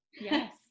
yes